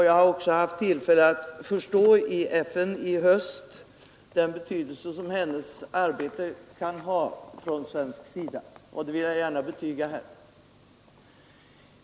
Jag har också i FN i höst insett vilken betydelse hennes arbete där kan ha för de svenska hjälpinsatserna, och jag vill här gärna betyga detta.